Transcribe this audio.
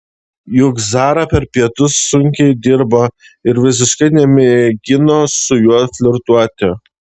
juk zara per pietus sunkiai dirbo ir visiškai nemėgino su juo flirtuoti